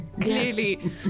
clearly